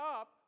up